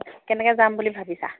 কেনেকৈ যাম বুলি ভাবিছা